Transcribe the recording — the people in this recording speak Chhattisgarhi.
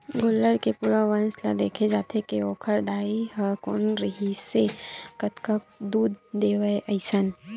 गोल्लर के पूरा वंस ल देखे जाथे के ओखर दाई ह कोन रिहिसए कतका दूद देवय अइसन